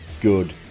good